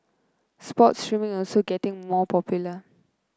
sports streaming is also getting more popular